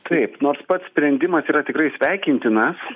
taip nors pats sprendimas yra tikrai sveikintinas